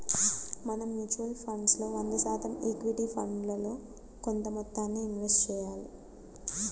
మనం mutual funds లో వంద శాతం ఈక్విటీ ఫండ్లలో కొంత మొత్తాన్నే ఇన్వెస్ట్ చెయ్యాలి